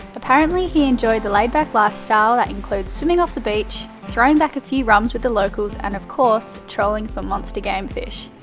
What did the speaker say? apparently he enjoyed the laid back lifestyle, that includes swimming off the beach, throwing back a few rums with the locals and of course, trolling for monster game fish.